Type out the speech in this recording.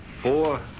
four